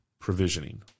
provisioning